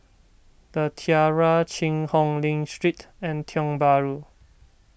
the Tiara Cheang Hong Lim Street and Tiong Bahru